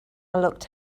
looked